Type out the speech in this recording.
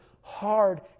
hard